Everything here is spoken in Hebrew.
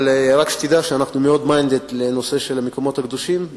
רק שתדע שאנחנו מאוד minded לנושא של המקומות הקדושים,